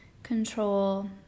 control